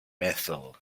metal